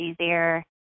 easier